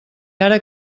ara